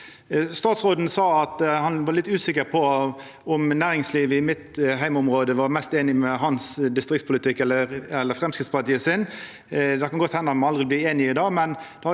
Statsråden sa han var litt usikker på om næringslivet i mitt heimområde var mest einig med hans distriktspolitikk eller med Framstegspartiet sin. Det kan godt henda me aldri blir einige om det,